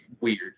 weird